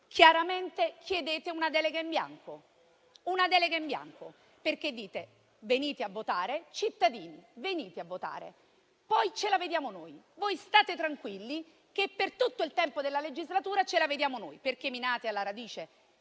Anzitutto, chiedete una delega in bianco, perché dite: cittadini, venite a votare che poi ce la vediamo noi; voi state tranquilli che per tutto il tempo della legislatura ce la vediamo noi. Minate alla radice